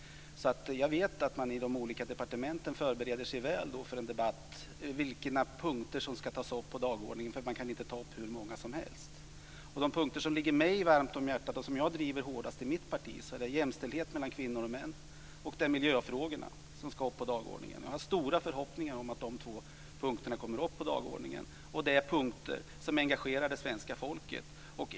Jag vet att man i de olika departementen förbereder sig väl för en debatt om vilka punkter som ska tas upp på dagordningen, eftersom man inte kan ta upp hur många punkter som helst. De frågor som ligger mig varmt om hjärtat och som jag driver hårdast i mitt parti är jämställdhet mellan kvinnor och män och miljöfrågorna. Det är punkter som ska upp på dagordningen. Jag har stora förhoppningar om att dessa två punkter kommer upp på dagordningen. Det är frågor som engagerar det svenska folket.